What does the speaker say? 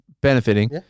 benefiting